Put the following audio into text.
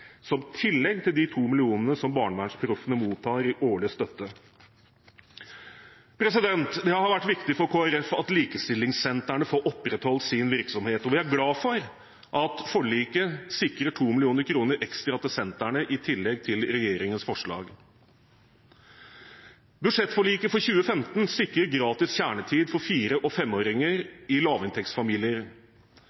som tillegg til de 2 mill. kr som Barnevernsproffene mottar i årlig støtte. Det har vært viktig for Kristelig Folkeparti at likestillingssentrene får opprettholdt sin virksomhet. Vi er glad for at forliket sikrer 2 mill. kr ekstra til sentrene i tillegg til regjeringens forslag. Budsjettforliket for 2015 sikrer gratis kjernetid for fire- og femåringer i lavinntektsfamilier.